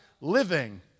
living